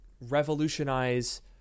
revolutionize